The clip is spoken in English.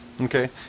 Okay